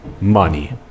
money